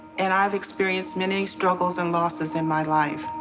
and i've experienced many struggles and losses in my life.